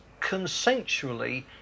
consensually